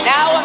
Now